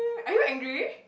are you angry